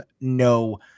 no